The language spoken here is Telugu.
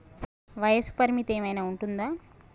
వయస్సు పరిమితి ఏమైనా ఉంటుందా?